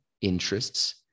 interests